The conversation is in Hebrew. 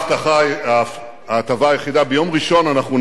אנשים יבינו את זה לא נכון,